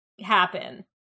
happen